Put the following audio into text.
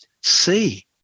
See